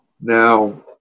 Now